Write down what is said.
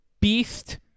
Beast